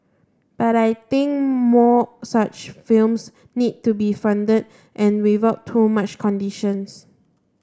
but I think more such films need to be funded and without too much conditions